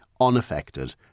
unaffected